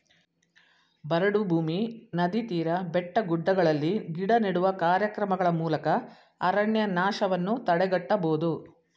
ಬರಡು ಭೂಮಿ, ನದಿ ತೀರ, ಬೆಟ್ಟಗುಡ್ಡಗಳಲ್ಲಿ ಗಿಡ ನೆಡುವ ಕಾರ್ಯಕ್ರಮಗಳ ಮೂಲಕ ಅರಣ್ಯನಾಶವನ್ನು ತಡೆಗಟ್ಟಬೋದು